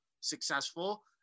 successful